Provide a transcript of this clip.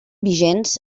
vigents